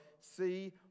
See